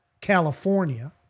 California